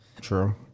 True